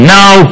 now